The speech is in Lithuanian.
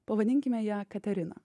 pavadinkime ją katerina